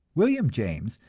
william james,